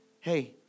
hey